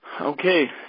Okay